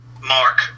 Mark